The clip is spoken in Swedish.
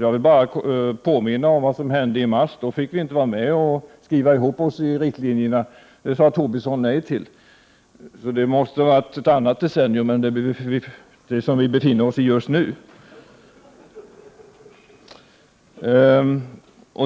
Jag vill bara påminna om vad som hände i mars. Då fick vi inte vara med och skriva ihop oss om riktlinjerna. Det sade Tobisson nej till. Så det måste vara ett annat decennium Bildt talar om än det som vi befinner oss i just nu.